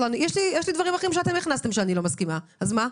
יש דברים שאתם הכנסתם ואני לא מסכימה להם, אז מה?